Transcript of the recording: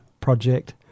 project